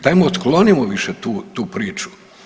Dajmo otklonimo više tu priču.